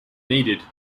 needed